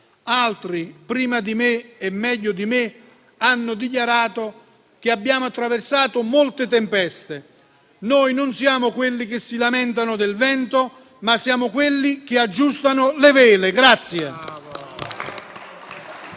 Altri, prima di me e meglio di me, hanno dichiarato che abbiamo attraversato molte tempeste: noi non siamo quelli che si lamentano del vento, ma siamo quelli che aggiustano le vele.